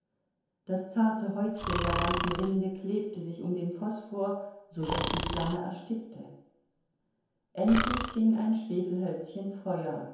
das zarte häutchen der weißen rinde klebte sich um den phosphor so daß die flamme erstickte endlich fing ein schwefelhölzchen feuer